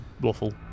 waffle